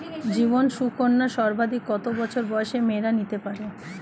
জীবন সুকন্যা সর্বাধিক কত বছর বয়সের মেয়েরা নিতে পারে?